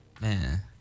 Man